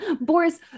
Boris